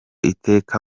iteka